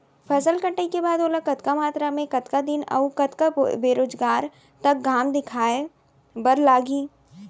फसल कटाई के बाद ओला कतका मात्रा मे, कतका दिन अऊ कतका बेरोजगार तक घाम दिखाए बर लागही?